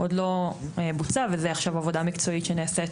עוד לא בוצע וזה עכשיו עבודה מקצועית שנעשית